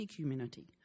community